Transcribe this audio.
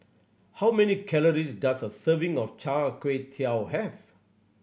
how many calories does a serving of Char Kway Teow have